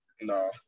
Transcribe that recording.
No